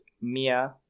Mia